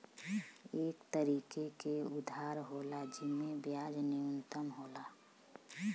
एक तरीके के उधार होला जिम्मे ब्याज न्यूनतम होला